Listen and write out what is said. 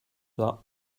that